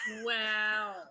Wow